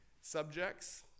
subjects